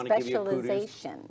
specialization